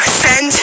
send